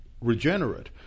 regenerate